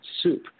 soup